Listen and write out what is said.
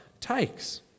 takes